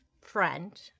friend